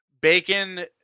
bacon